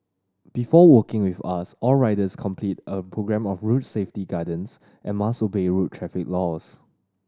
before working with us all riders complete a programme of road safety guidance and must obey road traffic laws